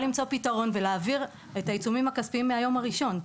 למצוא פתרון ולהעביר את העיצומים הכספיים מן היום הראשון.